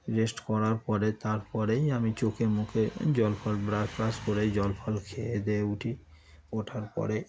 rest করার পরে তার পরেই আমি চোখে মুখে জল ফল ব্রাশ ফ্রাশ করেই জল ফল খেয়ে দেয়ে উঠি ওঠার পরে